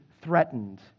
threatened